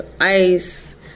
ICE